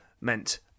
meant